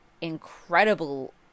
incredible